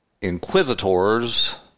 inquisitors